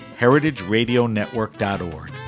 heritageradionetwork.org